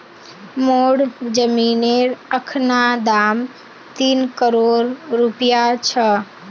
मोर जमीनेर अखना दाम तीन करोड़ रूपया छ